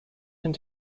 and